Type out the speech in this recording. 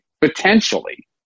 potentially